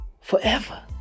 forever